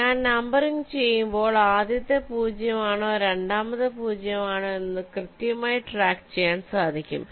ഞാൻ നമ്പറിങ് ചെയുമ്പോൾ ആദ്യത്തെ 0 ആണോ രണ്ടാമത്തെ 0 ആണോ എന്നത് കൃത്യമായി ട്രാക്ക്ചെയ്യാൻ സാധിക്കും